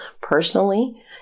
personally